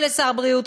לא לשר הבריאות,